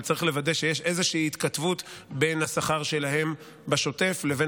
אבל צריך לוודא שיש איזושהי התכתבות בין השכר שלהם בשוטף לבין